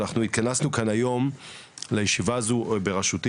אנחנו התכנסנו כאן היום לישיבה בראשותי